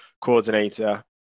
coordinator